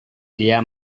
dia